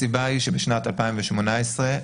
הסיבה היא שבשנת 2018,